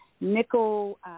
nickel